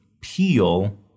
peel